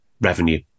revenue